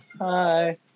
Hi